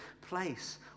place